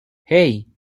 hey